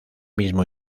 mismo